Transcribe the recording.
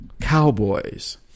Cowboys